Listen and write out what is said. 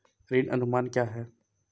ऋण अनुमान क्या है?